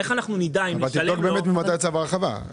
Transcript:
איך אנחנו נדע אם לשלם לו --- אבל תבדוק באמת ממתי צו ההרחבה.